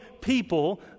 people